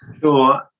Sure